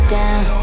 down